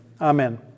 Amen